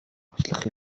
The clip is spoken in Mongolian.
туслах